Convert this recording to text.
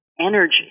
energy